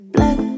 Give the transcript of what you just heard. Black